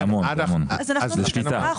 שליטה.